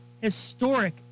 historic